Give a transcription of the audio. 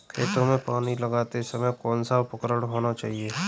खेतों में पानी लगाते समय कौन सा उपकरण होना चाहिए?